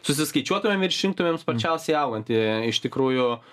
susiskaičiuotumėm ir išimtumėm sparčiausiai auganti iš tikrųjų